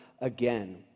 again